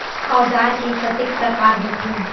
औजार के कतेक प्रकार होथे?